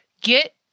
Get